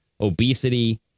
obesity